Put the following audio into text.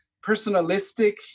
personalistic